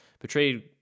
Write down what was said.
betrayed